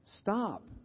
Stop